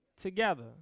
together